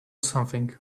something